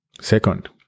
Second